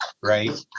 right